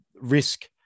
risk